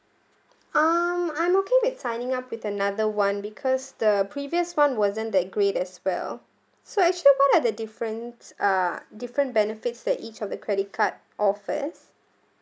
um I'm okay with signing up with another one because the previous one wasn't that great as well so actually what are the difference uh different benefits that each of the credit card offers